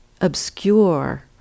obscure